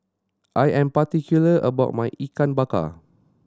I am particular about my Ikan Bakar